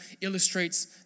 illustrates